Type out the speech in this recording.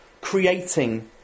creating